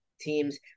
teams